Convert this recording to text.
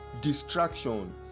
distraction